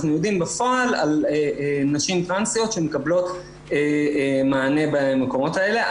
אנחנו יודעים בפועל על נשים טרנסיות שמקבלות מענה במקומות האלה.